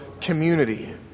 community